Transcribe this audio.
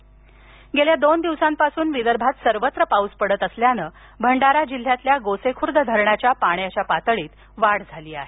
गोसेखुर्द गेल्या दोन दिवसांपासून विदर्भात सर्वत्र पाऊस पडत असल्यानं भंडारा जिल्ह्यातील गोसेखूर्द धरण्याच्या पाण्याच्या पातळीत वाढ झाली आहे